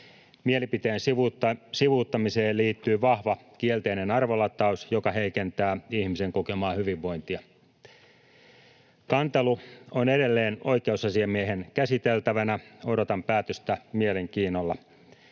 Mielipiteen sivuuttamiseen liittyy vahva kielteinen arvolataus, joka heikentää ihmisen kokemaa hyvinvointia. Kantelu on edelleen oikeusasiamiehen käsiteltävänä. Odotan päätöstä mielenkiinnolla.